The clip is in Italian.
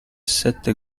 sette